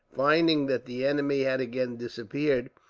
finding that the enemy had again disappeared,